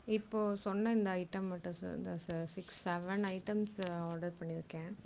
இப்போது சொன்ன இந்த ஐட்டம் மட்டும் தான் sir six seven items order பண்ணியிருக்கேன்